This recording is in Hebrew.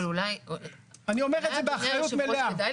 אני אומר את זה באחריות מלאה.